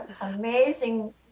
amazing